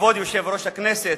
לכבוד יושב-ראש הכנסת,